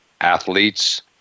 athletes